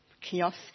kiosk